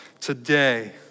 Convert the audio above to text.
today